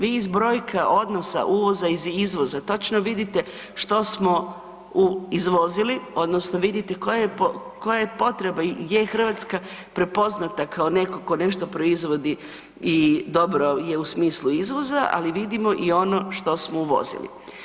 Vi iz brojka odnosa uvoza i izvoza točno vidite što smo izvozili, odnosno vidite koja je potreba je Hrvatska prepoznata kao netko tko nešto proizvodi i dobro je u smislu izvoza, ali vidimo i ono što smo uvozili.